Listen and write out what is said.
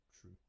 True